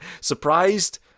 Surprised